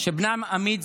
שבנם עמית,